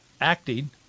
acting